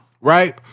Right